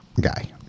guy